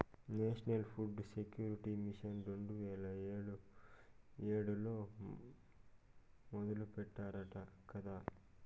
national food security mission రెండు వేల ఏడులో మొదలెట్టారట కదా